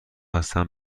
هستم